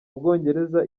ubwongereza